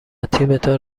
تیمتان